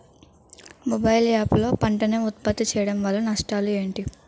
Mobile app లో పంట నే ఉప్పత్తి చేయడం వల్ల నష్టాలు ఏంటి?